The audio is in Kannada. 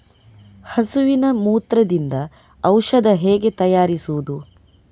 ಹಸುವಿನ ಮೂತ್ರದಿಂದ ಔಷಧ ಹೇಗೆ ತಯಾರಿಸುವುದು?